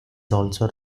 also